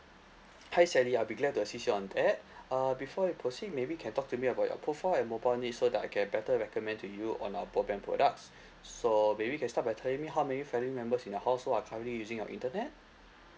hi sally I'll be glad to assist you on that err before we proceed maybe can talk to me about your profile and mobile need so that I can better recommend to you on our broadband products so maybe can start by telling me how many family members in the household are currently using your internet